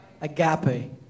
Agape